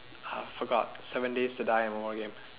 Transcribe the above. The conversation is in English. ah forgot seven days to die and one more game